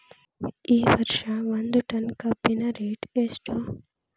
ಈ ವರ್ಷ ಒಂದ್ ಟನ್ ಕಬ್ಬಿನ ರೇಟ್ ಎಷ್ಟು?